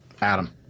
Adam